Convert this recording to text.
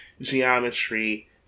geometry